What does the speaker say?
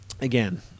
again